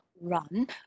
run